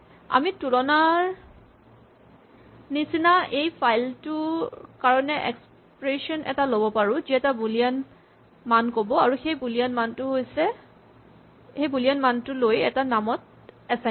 আমি তুলনাৰ নিচিনা এই ফাইল টোৰ কাৰণে এক্সপ্ৰেচন এটা ল'ব পাৰো যি এটা বুলিয়ান মান ক'ব আৰু সেই বুলিয়ান মানটো লৈ এটা নামত এচাইন কৰা